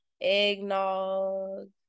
Eggnog